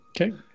Okay